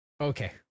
Okay